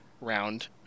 round